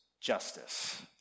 justice